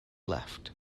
left